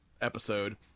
episode